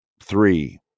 three